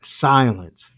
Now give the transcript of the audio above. silence